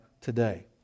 today